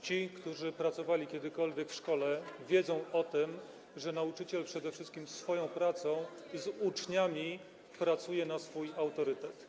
Ci, którzy pracowali kiedykolwiek w szkole, wiedzą o tym, że nauczyciel przede wszystkim swoją pracą z uczniami pracuje na swój autorytet.